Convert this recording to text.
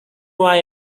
why